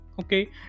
Okay